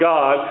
God